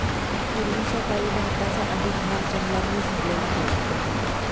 पूर्वीच्या काळी भारताचा अधिक भाग जंगलांनी झाकलेला होता